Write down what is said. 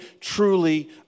truly